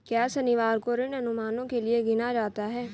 क्या शनिवार को ऋण अनुमानों के लिए गिना जाता है?